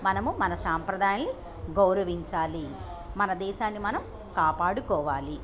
మనము మన సాంప్రదాయాల్ని గౌరవించాలి మన దేశాన్ని మనం కాపాడుకోవాలి